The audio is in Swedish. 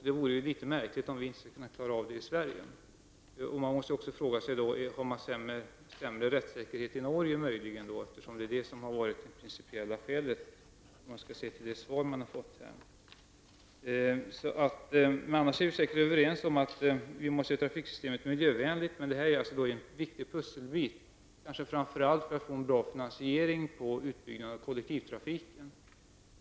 Det vore litet märkligt om vi inte skulle klara av det i Sverige. Man kan också fråga sig om det möjligen är sämre rättssäkerhet i Norge, eftersom det ju är detta som varit det principiella felet, om jag skall se till det svar jag fått. Vi är säkert överens om att vi måste göra trafiksystemet miljövänligt. Detta är en viktig pusselbit, framför allt för att få en bra finansiering av utbyggnaden av kollektivtrafiken.